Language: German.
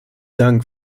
dank